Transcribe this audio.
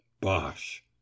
bosh